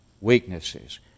weaknesses